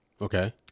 okay